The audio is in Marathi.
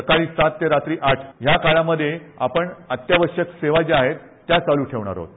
सकाळी सात ते रात्री आठ या काळामधे आपण अत्यावश्यक सेवा ज्या आहेत त्या आपण चालू ठेवणार आहोत